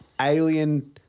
alien